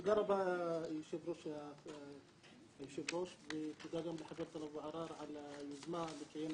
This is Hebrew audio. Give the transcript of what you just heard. תודה רבה היושב-ראש ותודה גם לחבר טלב אבו עראר על היוזמה בקיום